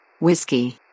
Whiskey